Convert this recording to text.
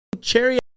cherry